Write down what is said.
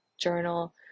journal